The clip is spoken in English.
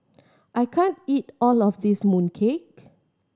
I can't eat all of this mooncake